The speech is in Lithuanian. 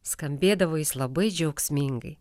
skambėdavo jis labai džiaugsmingai